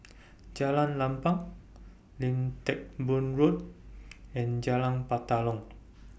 Jalan Lapang Lim Teck Boo Road and Jalan Batalong